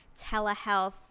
telehealth